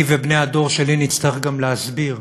אני ובני הדור שלי נצטרך גם להסביר,